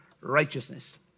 righteousness